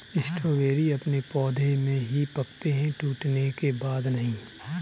strawberry अपने पौधे में ही पकते है टूटने के बाद नहीं